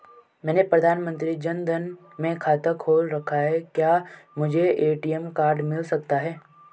मैंने प्रधानमंत्री जन धन में खाता खोल रखा है क्या मुझे ए.टी.एम कार्ड मिल सकता है?